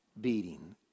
beating